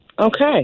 Okay